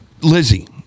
Lizzie